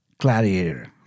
Gladiator